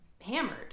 hammered